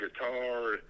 guitar